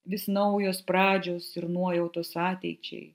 vis naujos pradžios ir nuojautos ateičiai